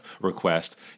request